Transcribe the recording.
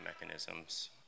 mechanisms